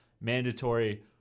mandatory